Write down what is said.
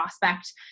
prospect